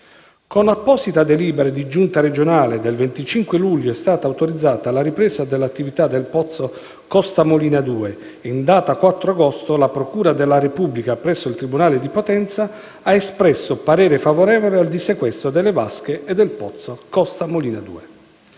Con apposita delibera di Giunta regionale del 25 luglio è stata autorizzata la ripresa dell'attività del pozzo Costa Molina 2 e, in data 4 agosto, la procura della Repubblica presso il tribunale di Potenza ha espresso parere favorevole al dissequestro delle vasche e del pozzo Costa Molina 2.